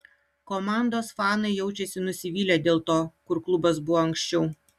komandos fanai jaučiasi nusivylę dėl to kur klubas buvo anksčiau